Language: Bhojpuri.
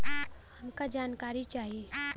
हमका जानकारी चाही?